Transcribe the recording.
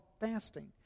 fasting